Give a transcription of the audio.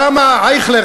אייכלר,